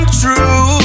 true